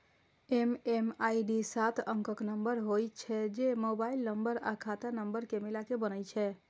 MMID सात अंकक नंबर होइ छै, जे मोबाइल नंबर आ खाता नंबर कें मिलाके बनै छै